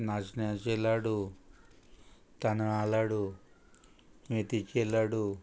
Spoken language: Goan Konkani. नाचण्याचे लाडू तांदळा लाडू मेथीचे लाडू